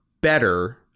better